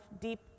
deep